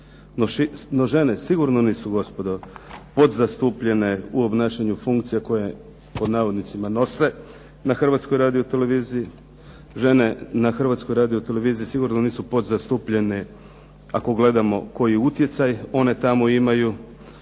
No žene sigurno nisu gospodo podzastupljene u obnašanju funkcija koje, pod navodnicima, nose na Hrvatskoj radioteleviziji. Žene na Hrvatskoj radioteleviziji sigurno nisu podzastupljene ako gledamo koji utjecaj one tamo imaju.